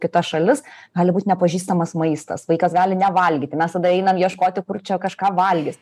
kita šalis gali būt nepažįstamas maistas vaikas gali nevalgyti mes tada einam ieškoti kur čia kažką valgys